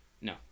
No